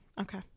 okay